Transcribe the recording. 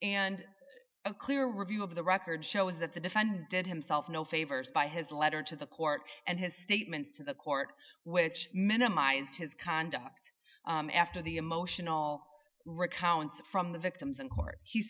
a clear review of the record shows that the defendant did himself no favors by his letter to the court and his statements to the court which minimized his conduct after the emotional recounts from the victims in court